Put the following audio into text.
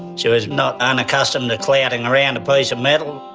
she was not unaccustomed to clouting around a piece of metal.